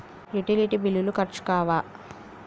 Utility బిల్లులు ఖర్చు కావా?